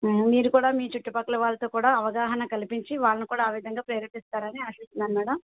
మీరు కూడా మీ చుట్టు పక్కల వాళ్ళతో కూడా అవగాహన కల్పించి వాళ్ళని కూడా ఆ విధంగా ప్రేరేపిస్తారని ఆశిస్తున్నాను మ్యాడమ్